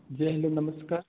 जी hello नमस्कार